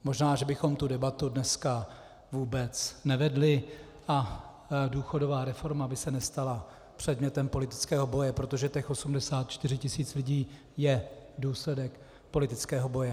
Možná že bychom tu debatu dneska vůbec nevedli a důchodová reforma by se nestala předmětem politického boje, protože těch 84 tisíc lidí je důsledek politického boje.